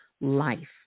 life